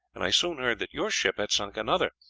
and i soon heard that your ship had sunk another,